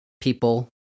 people